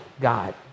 God